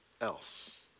else